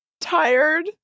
tired